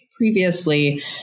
Previously